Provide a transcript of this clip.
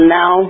now